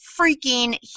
freaking